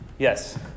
Yes